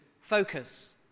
focus